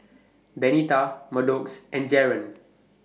Benita Maddox and Jaren